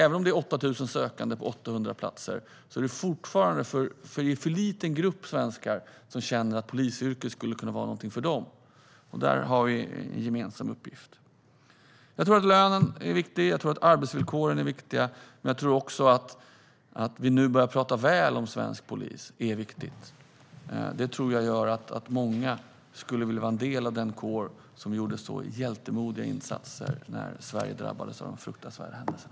Även om det finns 8 000 sökande till 800 platser är det fortfarande en för liten grupp svenskar som känner att polisyrket skulle kunna vara någonting för dem. Där har vi en gemensam uppgift. Jag tror att lönen är viktig. Jag tror att arbetsvillkoren är viktiga. Men jag tror också att det är viktigt att vi nu börjar tala väl om svensk polis. Jag tror att det leder till att många skulle vilja vara en del av den kår som gjorde så hjältemodiga insatser när Sverige drabbades av den fruktansvärda händelsen.